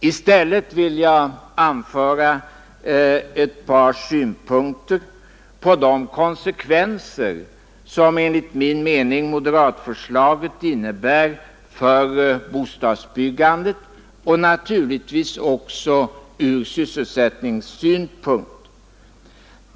I stället vill jag anföra ett par synpunkter på de konsekvenser som enligt min uppfattning moderatförslaget innebär för bostadsbyggandet och naturligtvis också för sysselsättningen.